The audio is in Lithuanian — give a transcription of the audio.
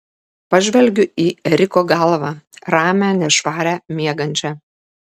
pažvelgiu į eriko galvą ramią nešvarią miegančią